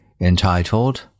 entitled